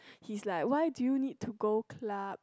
he is like why do you need to go club